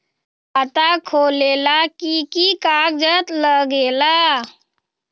खाता खोलेला कि कि कागज़ात लगेला?